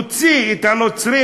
נוציא את הנוצרים,